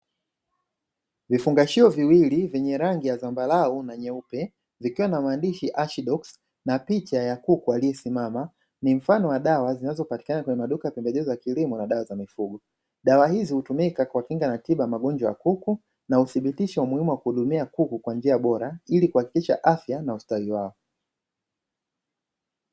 Vifungashio viwili vyenye rangi ya zambarau na nyeupe, vikiwa na maandishi "ASHIDOX" na picha ya kuku aliyesimama. Ni mfano wa dawa zinazopatikana kwenye maduka ya pembejeo za kilimo na dawa za mifugo. Dawa hizi hutumika kiuwakinga na tiba za magonjwa ya kuku na uthibitisho wa umuhimu wa kuhudumia kuku kwa njia bora, ili kuhakikisha afya na ustawi sasa.